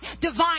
divine